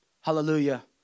Hallelujah